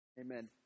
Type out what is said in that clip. amen